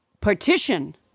partition